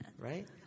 right